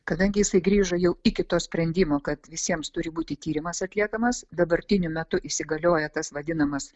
kadangi jisai grįžo jau iki to sprendimo kad visiems turi būti tyrimas atliekamas dabartiniu metu įsigalioja tas vadinamas